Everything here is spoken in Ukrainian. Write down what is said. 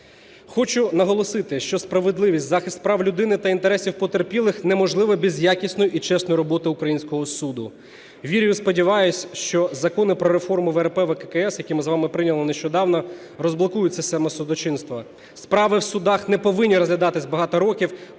Хочу наголосити, що справедливість, захист прав людини та інтересів потерпілих неможливе без якісної і чесної роботи українського суду. Вірю і сподіваюсь, що закони про реформу ВРП, ВККС, які ми з вами прийняли нещодавно, розблокують систему судочинства. Справи в судах не повинні розглядатися багато років